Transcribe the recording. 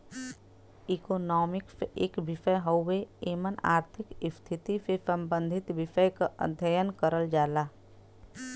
economics एक विषय हउवे एमन आर्थिक स्थिति से सम्बंधित विषय क अध्ययन करल जाला